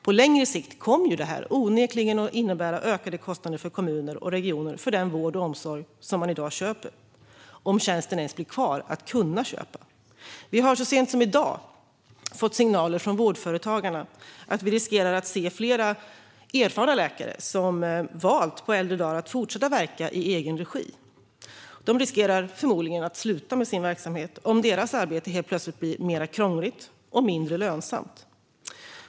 På längre sikt kommer det här onekligen att innebära ökade kostnader för kommuner och regioner för den vård och omsorg som man i dag köper - om tjänsten ens blir kvar att kunna köpa. Vi har så sent som i dag fått signaler från Vårdföretagarna om att vi riskerar se flera erfarna läkare som på äldre dagar valt att fortsatt att verka i egen regi sluta med sin verksamhet om deras arbete helt plötsligt blir krångligare och mindre lönsamt.